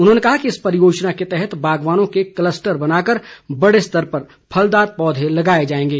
उन्होंने कहा कि इस परियोजना के तहत बागवानों के कलस्टर बनाकर बड़े स्तर पर फलदार पौधे लगाए जाएंगे